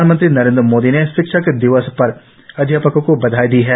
प्रधानमंत्री नरेंद्र मोदी ने शिक्षक दिवस पर अध्यापकों को बधाई दी है